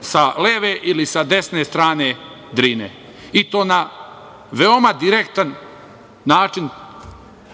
sa leve ili sa desne strane Drine i to na veoma direktan način